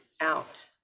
out